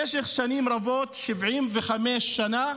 במשך שנים רבות, 75 שנה,